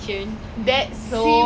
tell me about it